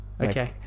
okay